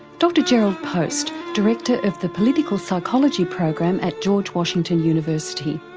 dr jerrold post, director of the political psychology program at george washington university.